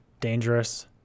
dangerous